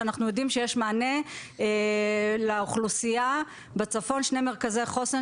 אנחנו בדיון מעקב באשר לסוגיית תקצוב מרכזי החוסן